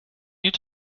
need